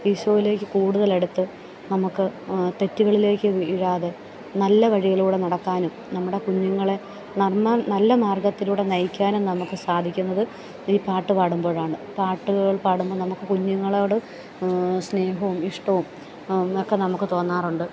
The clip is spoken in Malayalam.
ഈശോയിലേക്ക് കൂടുതൽ അടുത്ത് നമുക്ക് തെറ്റുകളിലേക്ക് വീഴാതെ നല്ല വഴിയിലൂടെ നടക്കാനും നമ്മുടെ കുഞ്ഞുങ്ങളെ നന്മ നല്ല മാർഗ്ഗത്തിലൂടെ നയിക്കാനും നമുക്ക് സാധിക്കുന്നത് ഈ പാട്ട് പാടുമ്പോഴാണ് പാട്ടുകൾ പാടുമ്പോൾ നമുക്ക് കുഞ്ഞുങ്ങളോട് സ്നേഹവും ഇഷ്ടവും ഒക്കെ നമുക്ക് തോന്നാറുണ്ട്